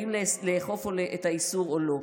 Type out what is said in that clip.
אם לאכוף את האיסור או לא.